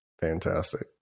Fantastic